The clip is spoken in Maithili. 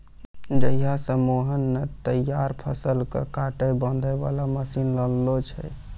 जहिया स मोहन नॅ तैयार फसल कॅ काटै बांधै वाला मशीन लानलो छै